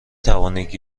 توانید